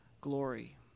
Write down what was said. glory